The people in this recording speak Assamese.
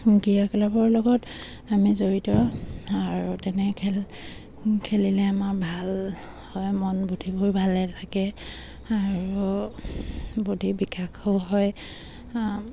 ক্ৰীড়া ক্লাবৰ লগত আমি জড়িত আৰু তেনে খেল খেলিলে আমাৰ ভাল হয় মন বুদ্ধিবোৰ ভালে লাগে আৰু বুদ্ধি বিকাশো হয়